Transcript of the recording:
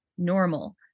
Normal